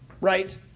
right